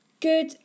good